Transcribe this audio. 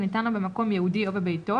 הניתן לו במקום ייעודי או בביתו,